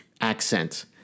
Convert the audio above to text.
accent